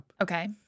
Okay